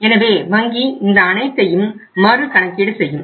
எனவே வங்கி இந்த அனைத்தையும் மறுகணக்கீடு செய்யும்